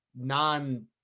non